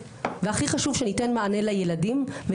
הכי חשוב שניתן מענה לילדים.